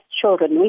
children